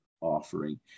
offering